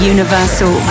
Universal